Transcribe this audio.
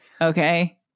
Okay